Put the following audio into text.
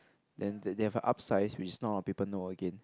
then the they have a upsized which is not a lot of people know again